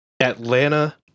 Atlanta